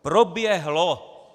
Proběhlo!